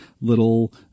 little